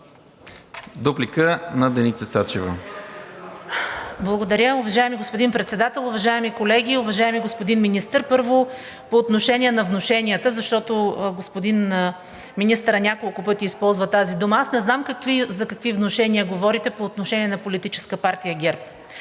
Дуплика на Деница Сачева.